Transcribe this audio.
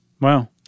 Wow